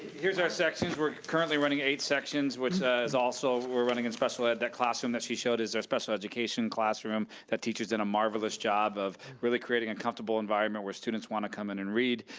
here's our sections, we're currently running eight sections, which is also, we're running in special ed, that classroom that she showed is our special education classroom, that teacher's done a marvelous job of really creating a comfortable environment where students wanna come in and read.